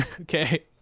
Okay